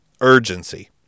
urgency